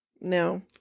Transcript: No